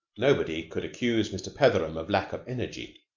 nobody could accuse mr. petheram of lack of energy.